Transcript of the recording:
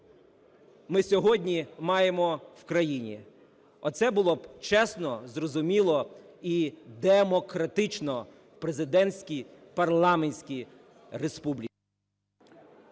ми сьогодні маємо в країні, оце було б чесно, зрозуміло і демократично в президентській, парламентській республіці.